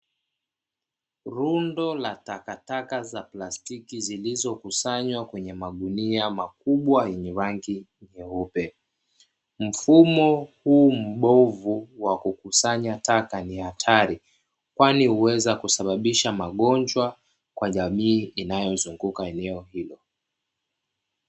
Rundo la takataka za plastiki zilizokusanywa kwenye magunia makubwa yenye rangi nyeupe. Mfumo huu mbovu wa kukusanya taka ni hatari, kwani huweza kusababisha magonjwa kwa jamii inayozunguka eneo hilo.